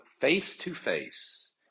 face-to-face